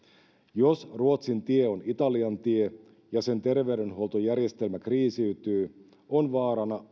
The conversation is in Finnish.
jos ruotsin tie on italian tie ja sen terveydenhuoltojärjestelmä kriisiytyy on vaarana